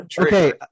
okay